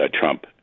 Trump